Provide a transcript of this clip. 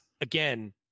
again